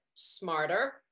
smarter